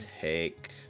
take